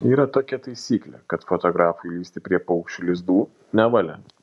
yra tokia taisyklė kad fotografui lįsti prie paukščių lizdų nevalia